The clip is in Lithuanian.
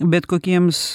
bet kokiems